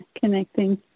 connecting